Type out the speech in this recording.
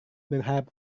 berharap